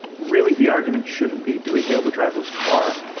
really, the argument shouldn't be do we hail the driverless car?